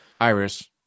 Iris